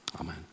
Amen